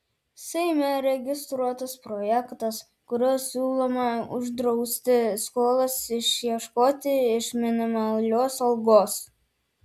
seime registruotas projektas kuriuo siūloma uždrausti skolas išieškoti iš minimalios algos